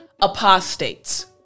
apostates